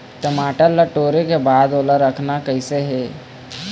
टमाटर ला टोरे के बाद ओला रखना कइसे हे?